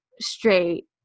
straight